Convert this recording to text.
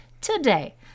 today